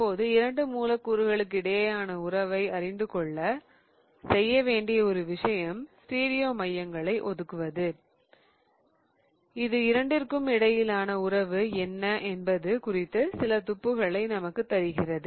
இப்போது இரண்டு மூலக்கூறுகளுக்கிடையேயான உறவை அறிந்துகொள்ள செய்ய வேண்டிய ஒரு விஷயம் ஸ்டீரியோ மையங்களை ஒதுக்குவது இது இரண்டிற்கும் இடையிலான உறவு என்ன என்பது குறித்து சில துப்புகளை நமக்குத் தருகிறது